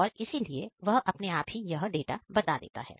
और इसीलिए वह अपने आप ही यह डाटा बता देता है